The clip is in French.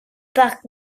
parc